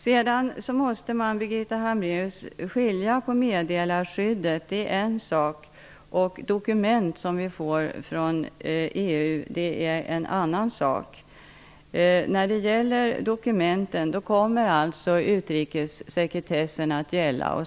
Man måste skilja mellan meddelarskyddet, som är en sak, och de dokument vi får från EU, som är en annan sak, Birgitta Hambraeus. När det gäller dokumenten kommer utrikessekretessen att gälla.